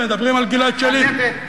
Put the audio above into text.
מדברים על גלעד שליט,